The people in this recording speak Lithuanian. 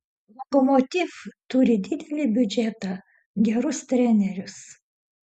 lokomotiv turi didelį biudžetą gerus trenerius